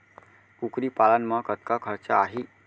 कुकरी पालन म कतका खरचा आही?